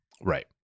Right